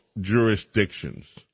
jurisdictions